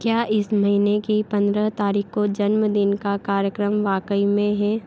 क्या इस महीने की पंद्रह तारीख को जन्मदिन का कार्यक्रम वाकई में है